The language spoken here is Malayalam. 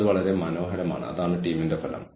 ചില ആളുകൾ ഉത്തരവാദിത്തം ഒഴിവാക്കാൻ ഇഷ്ടപ്പെടുന്നു